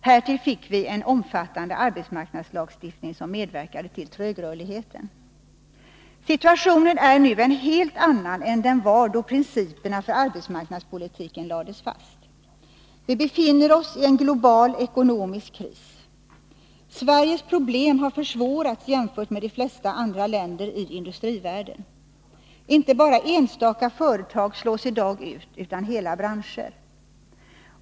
Härtill fick vi en omfattande arbetsmarknadslagstiftning, som medverkade till trögrörligheten. Situationen är nu en helt annan än den var då principerna för arbetsmarknadspolitiken lades fast. Vi befinner oss i en global ekonomisk kris. Sveriges problem har försvårats jämfört med de flesta andra länders i industrivärlden. Inte bara enstaka företag slås i dag ut, utan hela branscher.